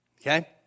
Okay